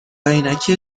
عینکی